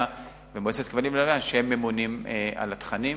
ומועצת הכבלים והלוויין הממונות על התכנים.